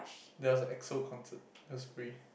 there was a Exo concert it was free